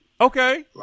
Okay